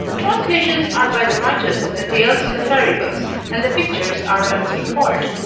translations are by the writers of the tales in the fairy books, and the pictures are by mr. ford.